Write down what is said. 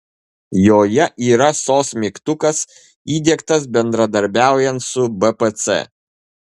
joje yra sos mygtukas įdiegtas bendradarbiaujant su bpc